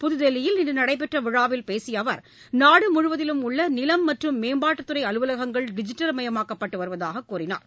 புத்தில்லியில் இன்று நடைபெற்ற விழாவில் பேசிய அவர் நாடு முழுவதிலும் உள்ள நிலம் மற்றும் மேம்பாட்டுத்துறை அலுவலகங்கள் டிஜிட்டல் மயமாக்கப்பட்டு வருவதாக கூறினார்